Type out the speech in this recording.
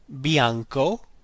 bianco